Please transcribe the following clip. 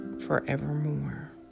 forevermore